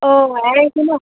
অঁ এৱা গাখীৰ নহ্